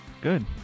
Good